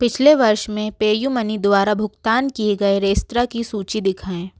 पिछले वर्ष में पेयू मनी द्वारा भुगतान किए गए रेस्तरॉ की सूची दिखाएँ